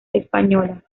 españolas